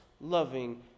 loving